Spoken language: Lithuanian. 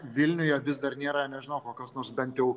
vilniuje vis dar nėra nežinau kokios nors bent jau